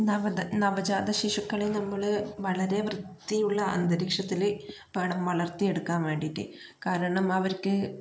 നവധ നവജാത ശിശുക്കളെ നമ്മള് വളരെ വൃത്തിയുള്ള അന്തരീക്ഷത്തില് വേണം വളർത്തിയെടുക്കാൻ വേണ്ടീട്ട് കാരണം അവർക്ക്